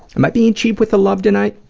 am i being cheap with the love tonight?